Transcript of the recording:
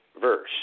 verse